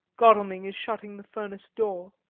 godalming is shutting the furnace door.